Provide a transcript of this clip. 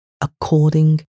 according